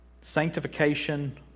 Sanctification